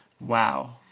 Wow